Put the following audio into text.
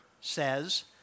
says